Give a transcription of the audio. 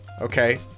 Okay